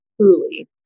truly